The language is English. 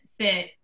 sit